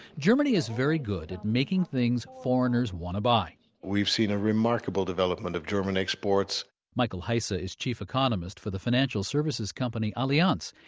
germany is very good at making things foreigners want to buy we've seen a remarkable development of german exports michael haise ah is chief economist for the financial services company allianz.